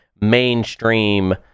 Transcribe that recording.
mainstream